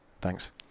Thanks